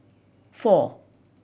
four